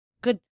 Good